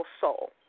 soul